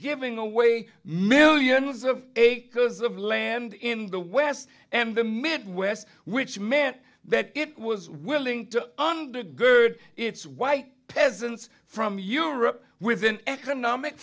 giving away millions of acres of land in the west and the midwest which meant that it was willing to undergird its white peasants from europe with an economic